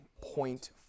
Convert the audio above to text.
point